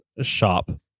shop